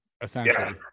essentially